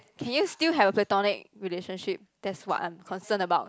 can you still have platonic relationship that's what I concern about